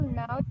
now